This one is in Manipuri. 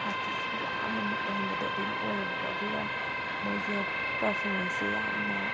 ꯑꯥꯔꯇꯤꯁꯁꯤꯡꯗ ꯌꯥꯝꯅ ꯃꯨꯠ ꯂꯩꯍꯟꯕꯗꯣ ꯑꯗꯨꯅ ꯑꯣꯏꯌꯦꯕꯀꯣ ꯑꯗꯨꯒ ꯃꯣꯏꯁꯦ ꯄ꯭ꯔꯐꯣꯔꯃꯦꯟꯁꯁꯦ ꯌꯥꯝꯅ